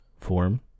form